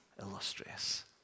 illustrious